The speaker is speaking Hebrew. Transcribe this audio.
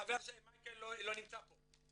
חבל שמייקל לא נמצא פה.